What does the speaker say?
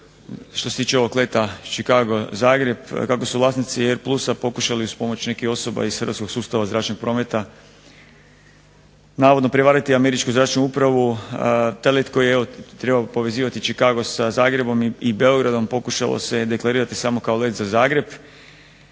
što se tiče ovog leta Chicago-Zagreb, kako su vlasnici AirPlusa pokušali uz pomoć nekih osoba iz hrvatskog sustava zračnog prometa navodno prevariti Američku zračnu upravu. Taj let koji je trebao povezivati Chicago sa Zagrebom i Beogradom pokušalo se deklarirati samo kao let za Zagreb